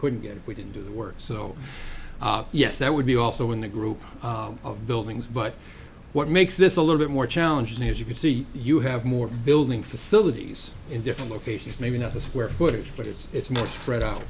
couldn't get if we didn't do the work so yes that would be also in the group of buildings but what makes this a little bit more challenging is you can see you have more building facilities in different locations maybe not the square footage but it's it's much spread out